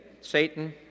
Satan